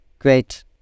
great